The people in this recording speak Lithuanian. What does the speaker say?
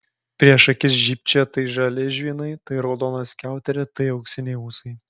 prieš akis žybčiojo tai žali žvynai tai raudona skiauterė tai auksiniai ūsai